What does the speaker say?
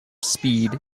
speed